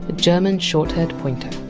german shorthaired pointer.